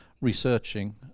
researching